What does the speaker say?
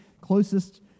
Closest